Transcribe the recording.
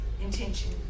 intention